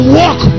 walk